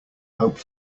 hope